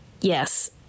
Yes